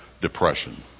depression